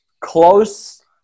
Close